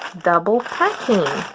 double packing.